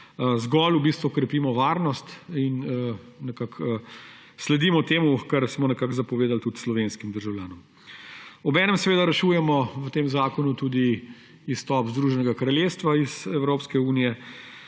zgolj v bistvu krepimo varnost in nekako sledimo temu, kar smo nekako zapovedali tudi slovenskim državljanom. Obenem seveda rešujemo v tem zakonu tudi izstop Združenega kraljestva iz Evropske unije